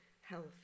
health